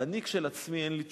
ואני כשלעצמי אין לי תשובה.